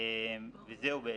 וזהו בעצם,